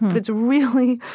but it's really,